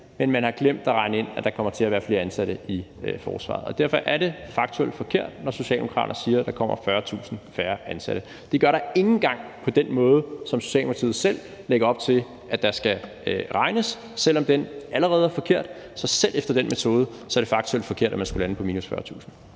Men man har glemt at regne ind, at der kommer til at være flere ansatte i forsvaret. Og derfor er det faktuelt forkert, når Socialdemokratiet siger, at der kommer 40.000 færre ansatte. Det gør der ikke engang med den måde, som Socialdemokratiet selv lægger op til at der skal regnes på, selv om den allerede er forkert. Så selv efter den metode er det faktuelt forkert, at man skulle lande på minus 40.000.